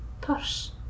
Purse